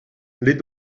les